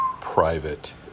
private